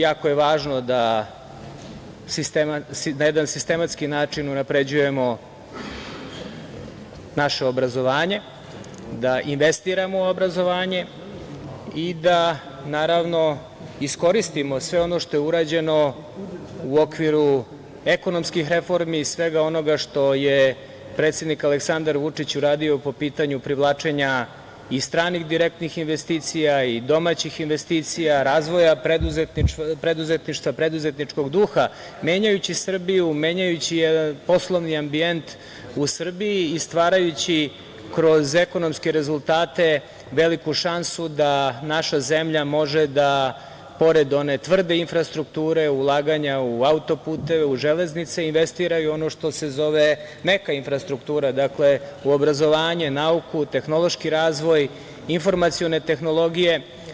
Jako je važno da na jedan sistematski način unapređujemo naše obrazovanje, da investiramo u obrazovanje i da iskoristimo sve ono što je urađeno u okviru ekonomskih reformi i svega onoga što je predsednik Aleksandar Vučić uradio po pitanju privlačenja i stranih direktnih investicija i domaćih investicija, razvoja preduzetništva, preduzetničkog duha, menjajući Srbiju, menjajući jedan poslovni ambijent u Srbiji i stvarajući kroz ekonomske rezultate veliku šansu da naša zemlja može da pored one tvrde infrastrukture, ulaganja u autoputeve, u železnice, investira u ono što se zove meka infrastruktura, dakle u obrazovanje, u nauku, u tehnološki razvoj, informacione tehnologije.